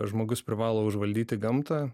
žmogus privalo užvaldyti gamtą